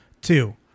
Two